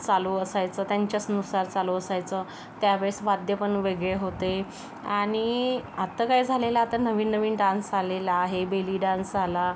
चालू असायचं त्यांच्यासनुसार चालू असायचं त्यावेळेस वाद्य पण वेगळे होते आणि आत्ता काय झालेलं आता नवीन नवीन डान्स आलेला आहे बेली डान्स आला